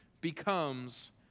becomes